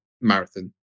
Marathon